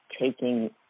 taking